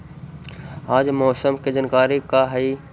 आज मौसम के जानकारी का हई?